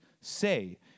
say